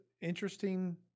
interesting